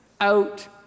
out